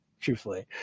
truthfully